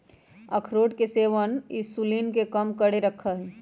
अखरोट के सेवन इंसुलिन के कम करके रखा हई